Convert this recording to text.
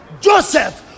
Joseph